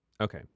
Okay